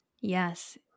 Yes